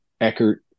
Eckert